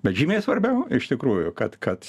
bet žymiai svarbiau iš tikrųjų kad kad